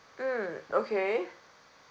mm okay